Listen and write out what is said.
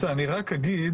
בסדר, אני רק אגיד,